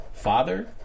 Father